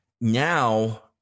now